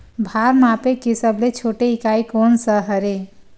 भार मापे के सबले छोटे इकाई कोन सा हरे?